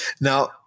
Now